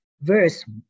verse